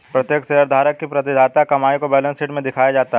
प्रत्येक शेयरधारक की प्रतिधारित कमाई को बैलेंस शीट में दिखाया जाता है